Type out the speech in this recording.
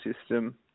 system